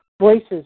Voices